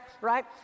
right